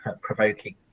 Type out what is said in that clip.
provoking